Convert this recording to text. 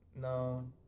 no